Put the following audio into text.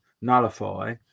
nullify